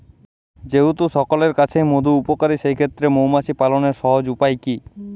যেহেতু সকলের কাছেই মধু উপকারী সেই ক্ষেত্রে মৌমাছি পালনের সহজ উপায় কি?